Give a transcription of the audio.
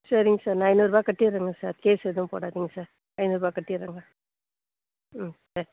சரிங்க சார் நான் ஐந்நூறுரூபா கட்டிடுறேங்க சார் கேஸ் எதுவும் போடாதீங்க சார் ஐந்நூறுரூபா கட்டிடுறேங்க ஆ